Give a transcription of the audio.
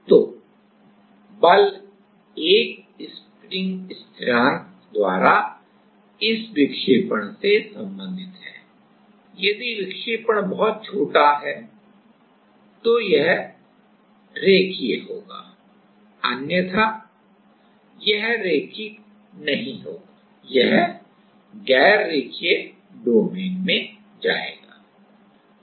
तो बल एक स्प्रिंग स्थिरांक द्वारा इस विक्षेपण से संबंधित है यदि विक्षेपण बहुत छोटा है अन्यथा यह रैखिक नहीं होगा यह गैररेखीय डोमेन में जाएगा